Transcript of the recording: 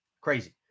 Crazy